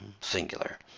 singular